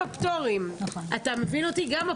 גם הפטורים עצמם.